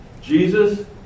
Jesus